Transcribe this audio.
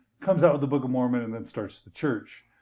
comes out with the book of mormon and then starts the church,